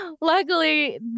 Luckily